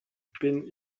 pin